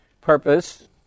purpose